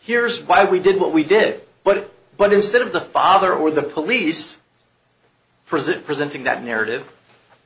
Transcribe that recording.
here's why we did what we did but but instead of the father or the police present presenting that narrative